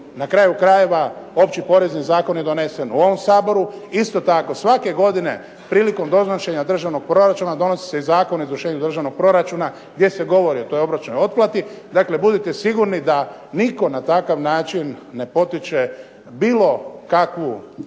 na kraju krajeva Opći porezni zakon je donesen u ovom Saboru, isto tako svake godine prilikom donošenja državnog proračuna donosi se i Zakon o izvršenju državnog proračuna gdje se govori o toj obročnoj otplati. Dakle, budite sigurni da nitko na takav način ne potiče bilo kakvu,